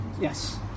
Yes